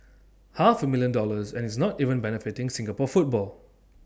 half A million dollars and it's not even benefiting Singapore football